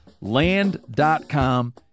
Land.com